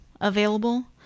available